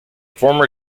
former